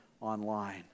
online